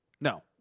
No